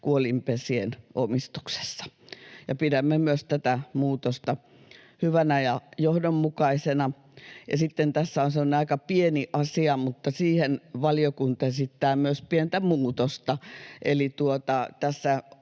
kuolinpesien omistuksessa, ja pidämme myös tätä muutosta hyvänä ja johdonmukaisena. Sitten tässä on semmoinen aika pieni asia, mutta siihen valiokunta esittää myös pientä muutosta,